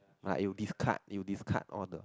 like you discard you discard all the